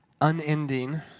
unending